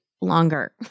longer